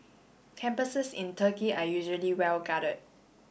campuses in Turkey are usually well guarded